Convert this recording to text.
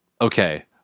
okay